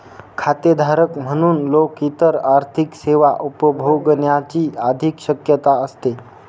खातेधारक म्हणून लोक इतर आर्थिक सेवा उपभोगण्याची अधिक शक्यता असते